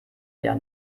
eher